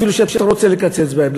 אפילו שאתה רוצה לקצץ בהן.